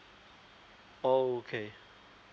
okay